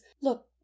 look